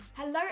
Hello